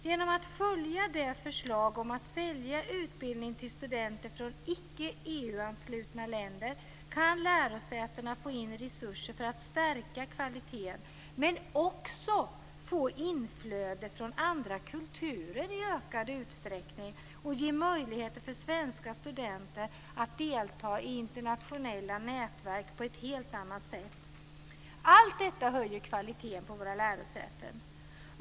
Genom att följa förslaget om att sälja utbildning till studenter från icke EU-anslutna länder kan lärosätena få in resurser för att stärka kvaliteten men också få inflöde från andra kulturer i ökad utsträckning och ge möjligheter för svenska studenter att delta i internationella nätverk på ett helt annat sätt. Allt detta höjer kvaliteten på våra lärosäten.